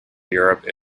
europe